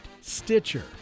Stitcher